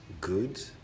good